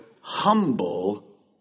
humble